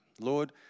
Lord